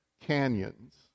canyons